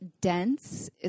dense